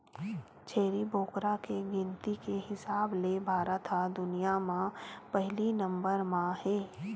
छेरी बोकरा के गिनती के हिसाब ले भारत ह दुनिया म पहिली नंबर म हे